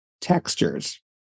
textures